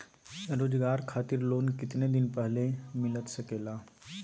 रोजगार खातिर लोन कितने दिन पहले मिलता सके ला?